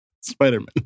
Spider-Man